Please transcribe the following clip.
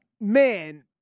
Man